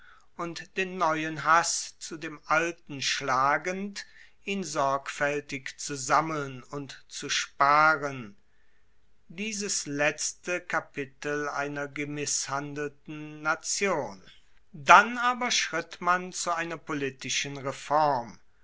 und den neuen hass zu dem alten schlagend ihn sorgfaeltig zu sammeln und zu sparen dieses letzte kapitel einer gemisshandelten nation dann aber schritt man zu einer politischen reform